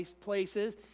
places